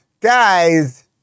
guys